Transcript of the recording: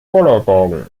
bollerwagen